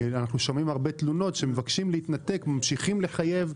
אנחנו שומעים הרבה תלונות שמבקשים להתנתק וממשיכים לחייב.